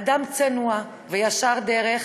אדם צנוע וישר דרך